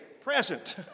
present